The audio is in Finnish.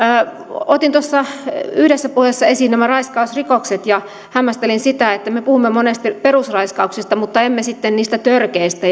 otin tuossa yhdessä puheessa esiin nämä raiskausrikokset ja hämmästelin sitä että me puhumme monesti perusraiskauksista mutta emme sitten niistä törkeistä